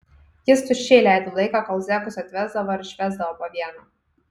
jis tuščiai leido laiką kol zekus atvesdavo ir išvesdavo po vieną